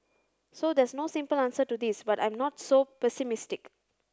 so there's no simple answer to this but I'm not so pessimistic